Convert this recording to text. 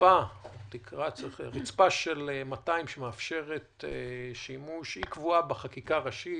הרצפה של 200, שמאפשרת שימוש, קבועה בחקיקה ראשית.